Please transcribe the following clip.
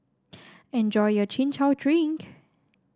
enjoy your Chin Chow Drink